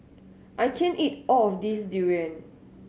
I can't eat all of this durian